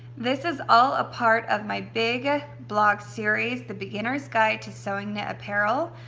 this is all a part of my big ah blog series, the beginners guide to sewing knit apparel.